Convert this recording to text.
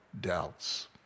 doubts